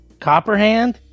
Copperhand